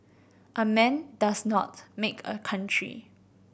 a man does not make a country